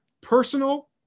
personal